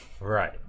Right